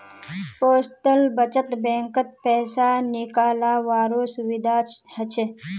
postal बचत बैंकत पैसा निकालावारो सुविधा हछ